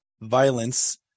violence